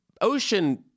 ocean